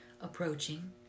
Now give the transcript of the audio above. approaching